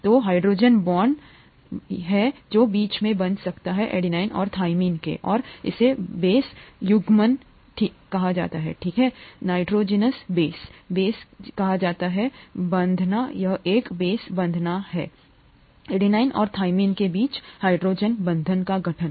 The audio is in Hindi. दो हाइड्रोजन बांड हैं जो बीच में बनते हैं एडेनिन और थाइमिन और इसे बेस युग्मन ठीक है नाइट्रोजनस बेस बेस कहा जाता है बाँधना यह एक बेस बाँधना है एडेनिन और थाइमिन के बीच हाइड्रोजन बंधन का गठन